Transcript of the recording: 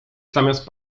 zamiast